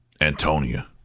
Antonia